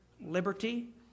liberty